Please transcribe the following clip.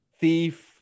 thief